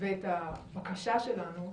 ואת הבקשה שלנו.